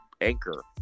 Anchor